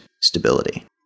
stability